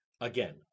Again